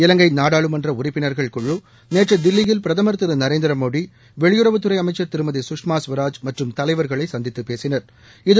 இலங்கை நாடாளுமன்ற உறுப்பினர்கள் குழு நேற்று தில்லியில் பிரதமர் திரு நரேந்திரமோடி வெளியுறவத்துறைஅமைச்சா் திருமதி சுஷ்மா ஸ்வராஜ் மற்றும் தலைவா்களை சந்தித்து பேசினாா்